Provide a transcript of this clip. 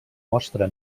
mostra